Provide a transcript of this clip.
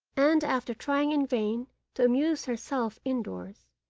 and, after trying in vain to amuse herself indoors,